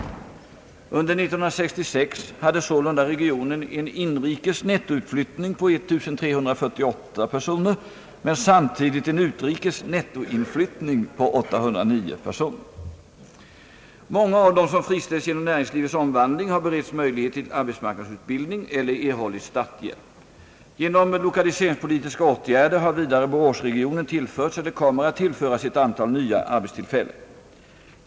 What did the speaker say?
Under år 1966 hade sålunda regionen en inrikes nettoutflyttning på 1348 personer men samtidigt en utrikes nettoinflyttning på 809 personer. Många av dem som friställs genom näringslivets omvandling har beretts möjlighet till arbetsmarknadsutbildning eller erhållit starthjälp. Genom lokaliseringspolitiska åtgärder har vidare boråsregionen tillförts eller kommer att tillföras ett antal nya arbetstillfällen.